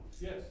yes